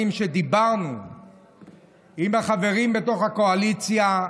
שדיברנו עליהם עם החברים בתוך הקואליציה,